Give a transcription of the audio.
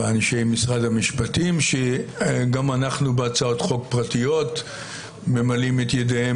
באנשי משרד המשפטים שגם אנחנו בהצעות חוק פרטיות ממלאים את ידיהם